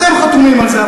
אתם חתומים על זה,